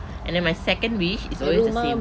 and then my second wish is always the same